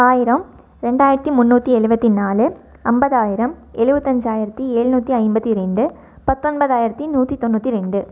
ஆயிரம் ரெண்டாயிரத்தி முன்னூற்றி எழுவத்தி நாலு ஐம்பதாயிரம் எழுவத்தஞ்சாயிரத்தி ஏழுநூத்தி ஐம்பத்தி ரெண்டு பத்தொன்பதாயிரத்தி நூற்றி தொண்ணூற்றி ரெண்டு